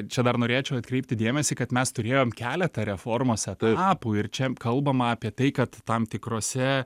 čia dar norėčiau atkreipti dėmesį kad mes turėjom keletą reformos etapų ir čia kalbama apie tai kad tam tikrose